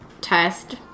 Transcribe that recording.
test